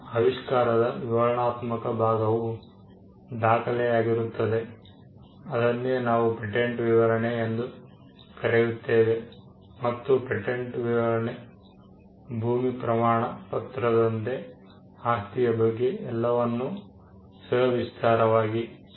ಆವಿಷ್ಕಾರದ ವಿವರಣಾತ್ಮಕ ಭಾಗವು ದಾಖಲೆಯಾಗಿರುತ್ತದೆ ಅದನ್ನೇ ನಾವು ಪೇಟೆಂಟ್ ವಿವರಣೆ ಎಂದು ಕರೆಯುತ್ತೇವೆ ಮತ್ತು ಪೇಟೆಂಟ್ ವಿವರಣೆ ಭೂಮಿ ಪ್ರಮಾಣ ಪತ್ರದಂತೆ ಆಸ್ತಿಯ ಬಗ್ಗೆ ಎಲ್ಲವನ್ನು ಸವಿಸ್ತಾರವಾಗಿ ಸೂಚಿಸುತ್ತದೆ